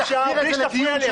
תחזיר את זה לדיון.